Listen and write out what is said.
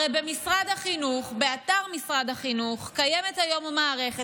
הרי באתר משרד החינוך קיימת היום מערכת.